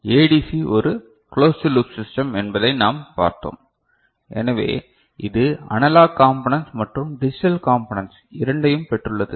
ADC ஒரு closed loop system என்பதை நாம் பார்த்தோம் எனவே இது அனலாக் காம்பனன்ட்ஸ் மற்றும் டிஜிட்டல் காம்பனன்ட்ஸ் இரண்டையும் பெற்றுள்ளது